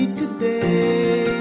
today